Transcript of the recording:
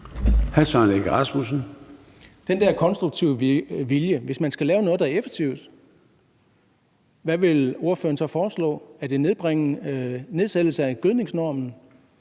den der konstruktive vilje vil jeg høre: Hvis man skal lave noget, der er effektivt, hvad vil ordføreren så foreslå? Er det en nedsættelse af gødningsnormerne?